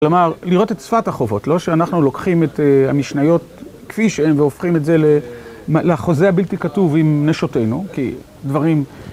כלומר, לראות את שפת החובות, לא שאנחנו לוקחים את המשניות כפי שהן והופכים את זה לחוזה הבלתי כתוב עם נשותנו, כי דברים...